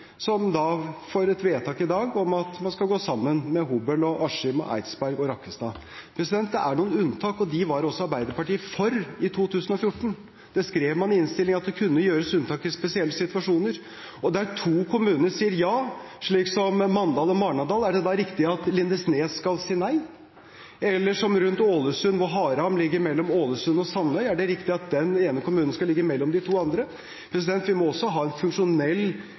det da riktig at Lindesnes skal si nei? Eller som rundt Ålesund, hvor Haram ligger mellom Ålesund og Sandøy, er det riktig at den ene kommunen skal ligge mellom de to andre? Vi må også ha en funksjonell